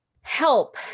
help